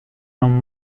non